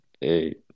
hey